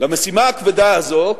למשימה הכבדה הזו,